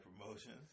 promotions